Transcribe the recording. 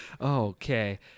Okay